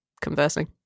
conversing